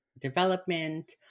development